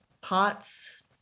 pots